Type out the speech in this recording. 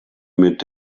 mit